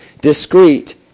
Discreet